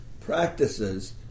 practices